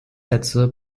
sätze